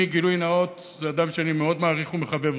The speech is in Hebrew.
גילוי נאות: זה אדם שאני מאוד מעריך ומחבב,